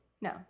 No